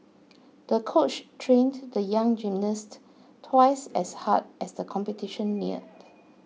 the coach trained the young gymnast twice as hard as the competition neared